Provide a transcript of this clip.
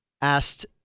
asked